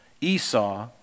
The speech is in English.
Esau